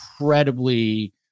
incredibly